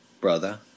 brother